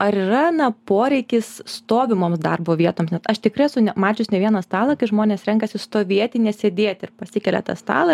ar yra na poreikis stovimoms darbo vietoms nes aš tikrai esu mačius ne vieną stalą kai žmonės renkasi stovėti ne sėdėti ir pasikelia tą stalą ir